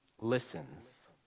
listens